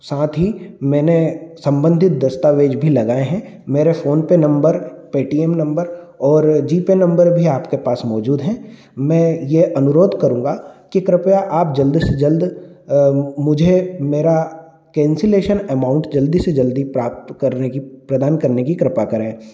साथ ही मैंने सम्बंधित दस्तावेज़ भी लगाए हैं मेरे फ़ोनपे नम्बर पेटीएम नम्बर और जीपे नम्बर आपके पास मौजूद है मैं यह अनुरोध करूँगा कि कृपया आप जल्द से जल्द मुझे मेरा कैन्सीलेशन अमाउंट जल्दी से जल्दी प्राप्त करने की प्रदान करने की कृपा करें